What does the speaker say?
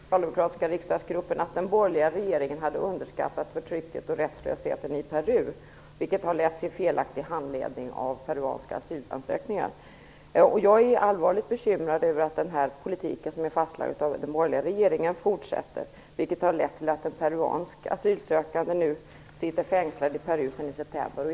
Fru talman! Jag riktar mig till utrikesministern. Så sent som i maj i år ansåg den socialdemokratiska riksdagsgruppen att den borgerliga regeringen hade underskattat förtrycket och rättslösheten i Peru, vilket har lett till felaktig handläggning av peruanska asylansökningar. Jag är allvarligt bekymrad över att den politik som är fastlagd av den borgerliga regeringen fortsätter, en politik som lett till att en peruansk asylsökande sitter fängslad i Peru sedan september månad.